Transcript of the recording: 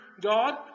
God